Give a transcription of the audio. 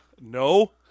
No